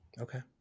Okay